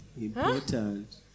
Important